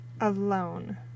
alone